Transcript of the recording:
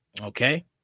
Okay